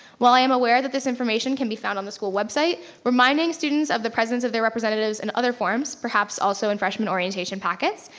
while i am aware that this information can be found on the school website, reminding students of the presence of their representatives in other forms, perhaps also in freshman orientation packets,